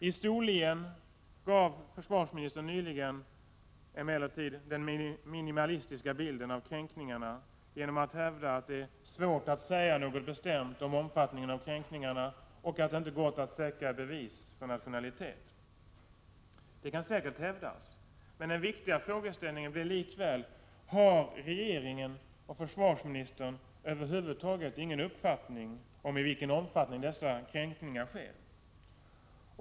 I Storlien nyligen gav försvarsministern emellertid en minimalistisk bild av kränkningarna genom att hävda att det är svårt att säga något bestämt om omfattningen av kränkningarna och att det inte gått att säkra bevis för nationalitet. Det kan säkert hävdas, men den viktiga frågeställningen blir likväl: Har regeringen och försvarsministern över huvud taget ingen uppfattning om i vilken omfattning dessa kränkningar förekommer?